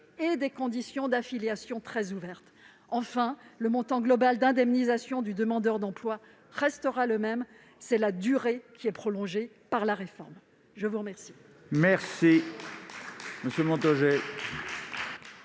et des conditions d'affiliation très ouvertes. Enfin, le montant global d'indemnisation du demandeur d'emploi restera le même ; c'est la durée d'indemnisation qui est prolongée par la réforme. La parole